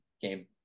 game